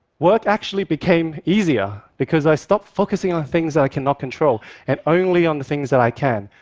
work actually became easier, because i stopped focusing on things that i cannot control and only on the things that i can.